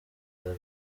izaba